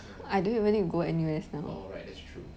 I don't even need to go N_U_S now ya